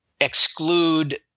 exclude